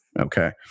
Okay